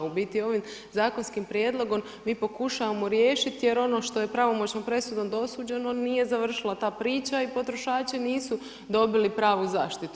U biti ovim zakonskim prijedlogom mi pokušavamo riješiti, jer ono što je pravomoćnom presudom dosuđeno, nije završila ta priča i potrošači nisu dobili pravu zaštitu.